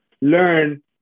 learn